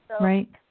Right